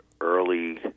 early